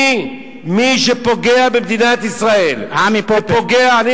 מי שפוגע במדינת ישראל, ופוגע, עמי פופר.